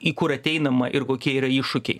į kur ateinama ir kokie yra iššūkiai